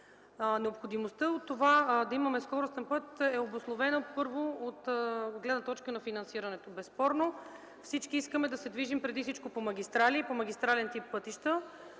Необходимостта от това да имаме скоростен път е обусловена, първо, от гледна точка на финансирането. Безспорно всички искаме да се движим преди всичко по магистрали и по магистрален тип пътища,